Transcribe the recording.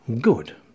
Good